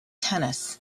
tennis